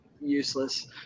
useless